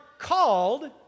called